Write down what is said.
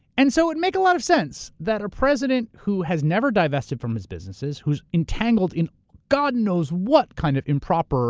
and so it would make a lot of sense that a president who has never divested from his businesses, who's entangled in god knows what kind of improper